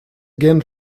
again